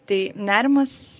tai nerimas